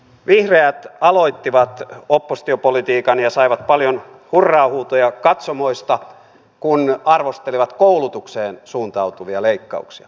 vihreät aloittivat oppositiopolitiikan ja saivat paljon hurraa huutoja katsomoista kun arvostelivat koulutukseen suuntautuvia leikkauksia